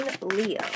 Leo